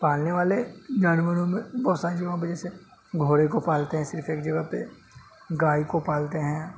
پالنے والے جانوروں میں بہت ساری جگہوں پہ جیسے گھوڑے کو پالتے ہیں صرف ایک جگہ پہ گائے کو پالتے ہیں